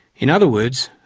in other words,